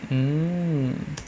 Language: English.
hmm